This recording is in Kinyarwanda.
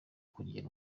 kugira